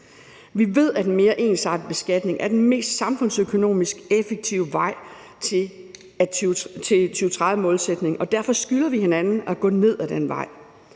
Vi ved, at en mere ensartet beskatning er den mest samfundsøkonomisk effektive vej til 2030-målsætningen, og derfor skylder vi hinanden at gå ned ad den vej.